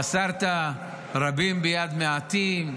"מסרת רבים ביד מעטים,